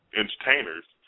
entertainers